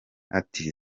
ati